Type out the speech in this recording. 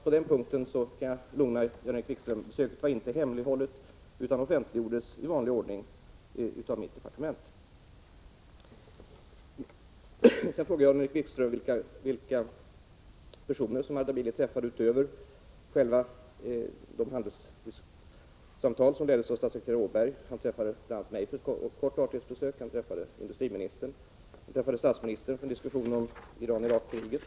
På den punkten kan jag alltså lugna Jan-Erik Wikström: besöket har inte hemlighållits utan offentliggjordes i vanlig ordning av mitt departement. Sedan frågar Jan-Erik Wikström vilka personer Ardabili träffade utöver statssekreterare Åberg som ledde handelssamtalen. Han träffade bl.a. mig vid ett kort artighetsbesök. Han träffade industriministern, och han träffade statsministern för diskussion om Iran-Irak-kriget.